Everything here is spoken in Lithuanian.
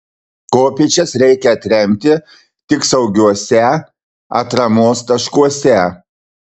kopėčias reikia atremti tik saugiuose atramos taškuose